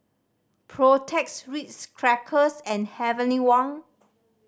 Protex Ritz Crackers and Heavenly Wang